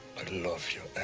i love you,